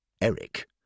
Eric